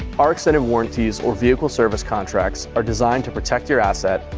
our extended warranties or vehicle service contracts are designed to protect your asset,